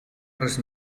res